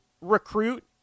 recruit